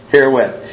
Herewith